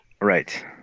Right